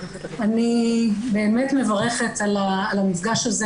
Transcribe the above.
אני באמת מברכת על המפגש הזה,